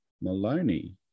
Maloney